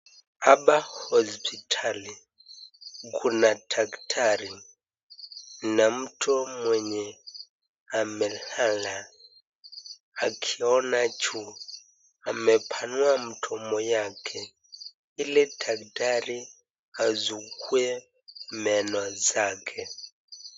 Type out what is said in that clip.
Hapa hospitali kuna daktari, na mtu mwenye amelala akiina juu amepanua mdomo yake ili daktari asugue meno zake.